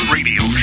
Radio